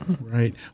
Right